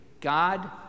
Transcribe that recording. God